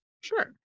Sure